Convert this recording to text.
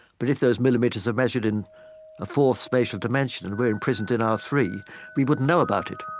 but if those millimeters are measured in a fourth spatial dimension and we're imprisoned in our three we wouldn't know about it